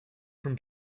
from